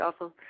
awesome